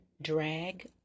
drag